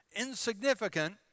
insignificant